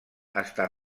està